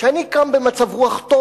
כשאני קם במצב רוח טוב,